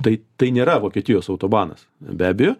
tai tai nėra vokietijos autobanas be abejo